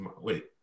Wait